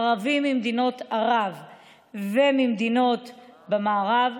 ערבים ממדינות ערב וממדינות במערב,